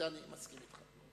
זה אני מסכים אתך.